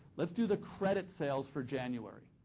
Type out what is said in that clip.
let's do the credit sales for january.